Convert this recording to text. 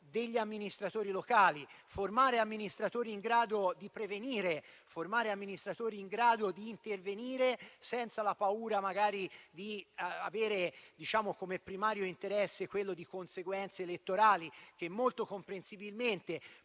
degli amministratori locali. È necessario formare amministratori in grado di prevenire e in grado di intervenire senza la paura di avere, come primario interesse, quello di conseguenze elettorali che, molto comprensibilmente,